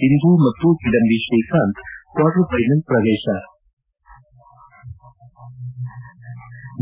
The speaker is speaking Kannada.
ಸಿಂಧು ಮತ್ತು ಕಿಡಂಬಿ ಶ್ರೀಕಾಂತ್ ಕ್ವಾರ್ಟರ್ ಫೈನಲ್ ಪ್ರವೇಶ